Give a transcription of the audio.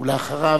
ואחריו,